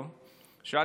ושאלתי מה שלומו,